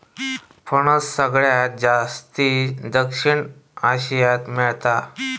फणस सगळ्यात जास्ती दक्षिण आशियात मेळता